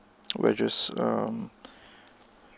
wedges um